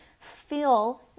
feel